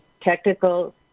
technical